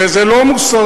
וזה לא מוסרי.